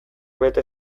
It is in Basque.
bete